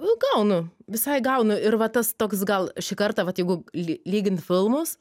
gaunu visai gaunu ir va tas toks gal šį kartą vat jeigu ly lygint filmus